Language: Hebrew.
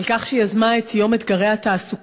על כך שהיא יזמה את יום אתגרי התעסוקה.